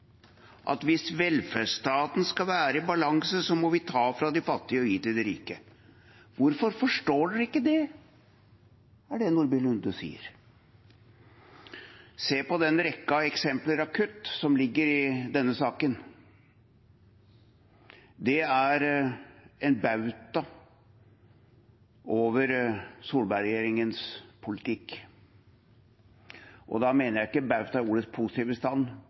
at hvis velferdsstaten skal være i balanse, må vi ta fra de fattige og gi til de rike. Hvorfor forstår dere ikke det? Det er det Nordby Lunde sier. Se på rekken av eksempler på kutt som ligger i denne saken. Det er en bauta over Solberg-regjeringens politikk. Da mener jeg ikke en bauta i ordets